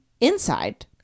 Inside